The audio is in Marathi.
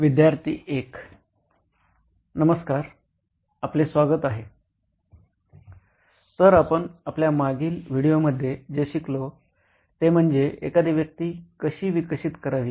विद्यार्थी I नमस्कार आपले स्वागत आहे तर आपण आपल्या मागील व्हिडिओमध्ये जे शिकलो ते म्हणजे एखादी व्यक्ती कशी विकसित करावी